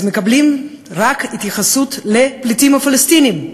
אז מקבלים רק התייחסות לפליטים הפלסטינים.